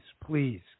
please